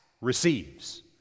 receives